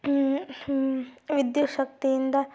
ಹೂನ್ ಹೂನ್ ವಿದ್ಯುತ್ ಶಕ್ತಿಯಿಂದ